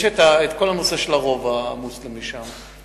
יש את כל הנושא של הרובע המוסלמי שם,